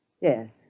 Yes